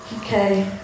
Okay